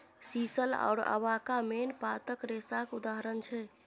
sisal आओर अबाका मेन पातक रेशाक उदाहरण छै